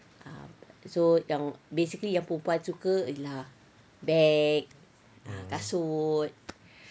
um so yang basically yang perempuan suka ialah beg kasut ah